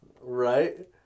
right